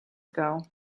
ago